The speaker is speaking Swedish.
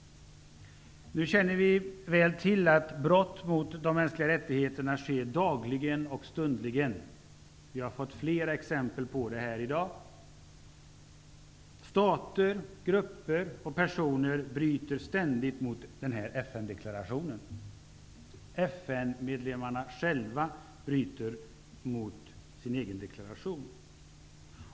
Nu känner vi väl till att brott mot de mänskliga rättigheterna sker dagligen och stundligen. Vi har fått flera exempel på det här i dag. Stater, grupper och personer bryter ständigt mot denna FN deklaration. FN-medlemmarna bryter själva mot sin egen deklaration.